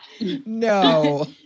No